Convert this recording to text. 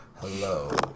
hello